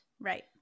Right